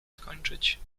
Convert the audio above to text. skończyć